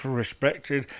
respected